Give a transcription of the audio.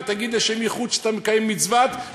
ותגיד "לשם ייחוד" כשאתה מקיים מצוות,